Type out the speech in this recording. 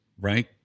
right